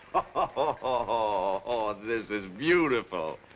ah oh, this is beautiful.